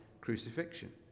crucifixion